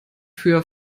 für